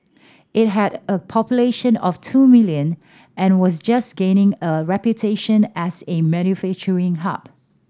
it had a population of two million and was just gaining a reputation as a manufacturing hub